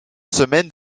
semaine